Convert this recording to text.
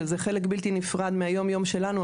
שזה חלק בתי נפרד מהיום יום שלנו,